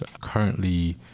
currently